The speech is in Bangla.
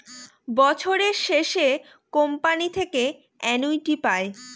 বছরের শেষে কোম্পানি থেকে অ্যানুইটি পায়